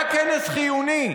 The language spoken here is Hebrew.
היה כנס חיוני.